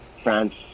France